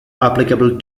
applicable